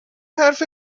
حرف